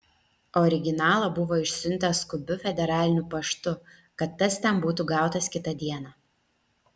originalą buvo išsiuntęs skubiu federaliniu paštu kad tas ten būtų gautas kitą dieną